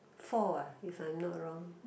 four uh if I'm not wrong